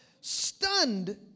Stunned